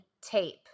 tape